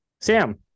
Sam